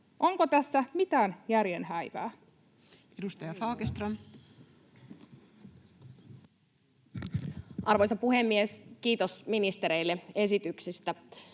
Onko tässä mitään järjen häivää? Edustaja Fagerström. Arvoisa puhemies! Kiitos ministereille esityksistä.